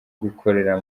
gukorera